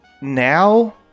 now